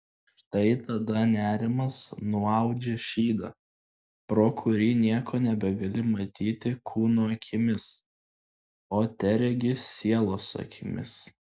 štai tada nerimas nuaudžia šydą pro kurį nieko nebegali matyti kūno akimis o teregi sielos akimis